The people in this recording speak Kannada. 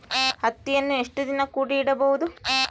ಹತ್ತಿಯನ್ನು ಎಷ್ಟು ದಿನ ಕೂಡಿ ಇಡಬಹುದು?